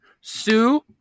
Sue